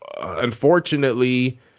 unfortunately